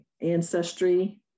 ancestry